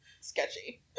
Sketchy